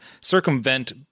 circumvent